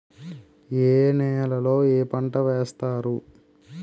ఏ నేలలో ఏ పంట వేస్తారు?